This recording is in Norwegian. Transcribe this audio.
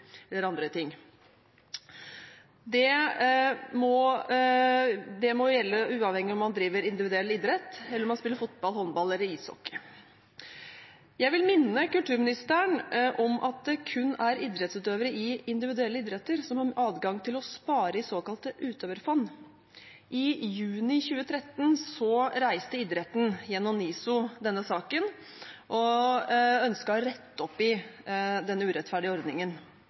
Det må gjelde uavhengig av om man driver individuell idrett eller om man spiller fotball, håndball eller ishockey. Jeg vil minne kulturministeren om at det kun er idrettsutøvere i individuelle idretter som har adgang til å spare i såkalte utøverfond. I juni 2013 reiste idretten denne saken gjennom NISO og ønsket å rette opp i den urettferdige ordningen.